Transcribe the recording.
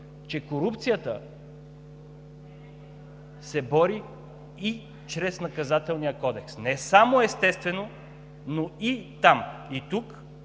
че корупцията се бори и чрез Наказателния кодекс – не само, естествено, но и там! И тук